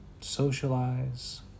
socialize